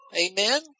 Amen